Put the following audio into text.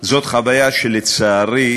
זאת חוויה שלצערי,